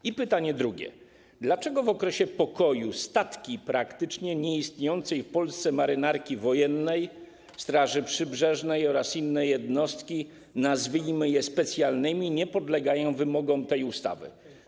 I pytanie drugie: Dlaczego w okresie pokoju statki praktycznie nieistniejącej w Polsce Marynarki Wojennej, straży przybrzeżnej oraz inne jednostki, nazwijmy je specjalnymi, nie podlegają wymogom tej ustawy?